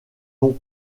ont